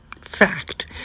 fact